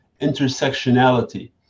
intersectionality